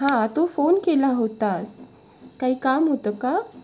हां तू फोन केला होतास काही काम होतं का